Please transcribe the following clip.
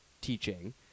teaching